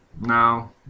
No